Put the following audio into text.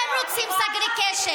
אתם רוצים segregation,